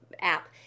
app